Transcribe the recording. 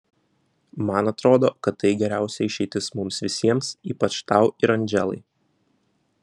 man atrodo kad tai geriausia išeitis mums visiems ypač tau ir andželai